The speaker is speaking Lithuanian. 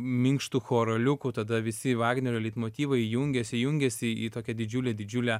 minkštu choraliuku tada visi vagnerio leitmotyvai jungiasi jungiasi į tokią didžiulę didžiulę